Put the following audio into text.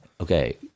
Okay